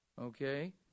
Okay